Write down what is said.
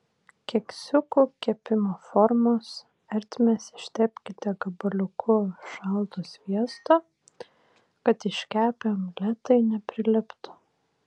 keksiukų kepimo formos ertmes ištepkite gabaliuku šalto sviesto kad iškepę omletai nepriliptų